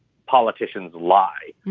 politicians lie.